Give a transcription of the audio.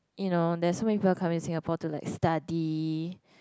you know there's so many people coming Singapore to like study